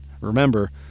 remember